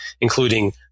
including